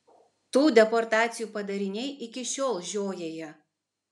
tų deportacijų padariniai iki šiol žiojėja